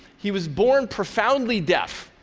he was born profoundly deaf,